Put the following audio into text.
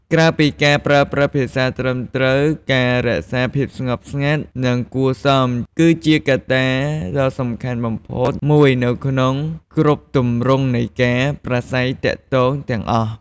ក្រៅពីការប្រើប្រាស់ភាសាត្រឹមត្រូវ ការរក្សាភាពស្ងប់ស្ងាត់ និងគួរសម គឺជាកត្តាដ៏សំខាន់បំផុតមួយនៅក្នុងគ្រប់ទម្រង់នៃការប្រាស្រ័យទាក់ទងទាំងអស់។